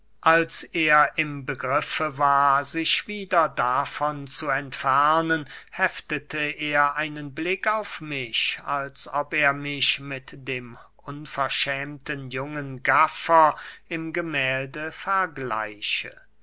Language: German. als er im begriff war sich wieder davon zu entfernen heftete er einen blick auf mich als ob er mich mit dem unverschämten jungen gaffer im gemählde vergleiche